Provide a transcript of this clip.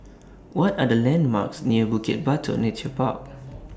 What Are The landmarks near Bukit Batok Nature Park